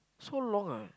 so long ah